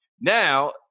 now